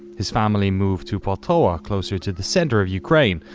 his family moved to poltovwa, closer to the center of ukraine.